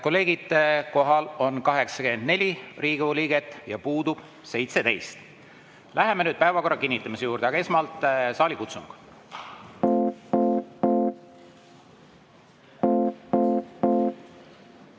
kolleegid, kohal on 84 Riigikogu liiget ja puudub 17.Läheme nüüd päevakorra kinnitamise juurde, aga esmalt saalikutsung. Austatud